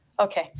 okay